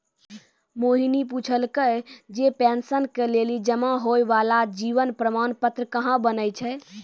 मोहिनी पुछलकै जे पेंशन के लेली जमा होय बाला जीवन प्रमाण पत्र कहाँ बनै छै?